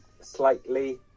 slightly